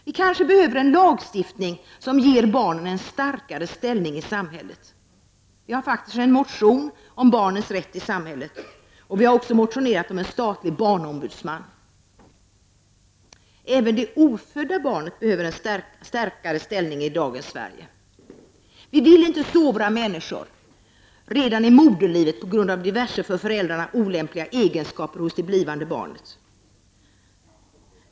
Vi kanske behöver en lag som ger barnen en starkare ställning i samhället. Vi har faktiskt en motion om barnens rätt i samhället. Vi har även motionerat om en statlig barnombudsman. Även det ofödda barnet behöver en starkare ställning i dagens Sverige. Vi vill inte sovra människor redan i moderlivet på grund av diverse för föräldrarna olämpliga egenskaper hos det blivande barnet.